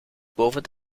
boven